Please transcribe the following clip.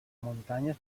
muntanyes